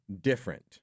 different